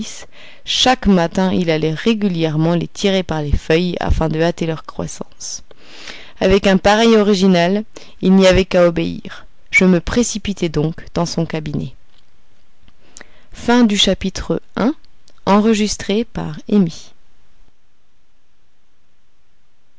chaque matin il allait régulièrement les tirer par les feuilles afin de hâter leur croissance avec un pareil original il n'y avait qu'à obéir je me précipitai donc dans son cabinet ii